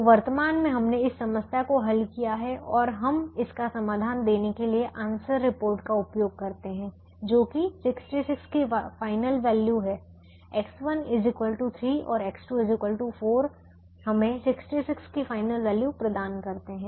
तो वर्तमान में हमने इस समस्या को हल किया है और हम इसका समाधान देने के लिए आंसर रिपोर्ट का उपयोग करते हैं जो कि 66 की फाइनल वैल्यू है X1 3 और X2 4 हमें 66 की फाइनल वैल्यू प्रदान करते है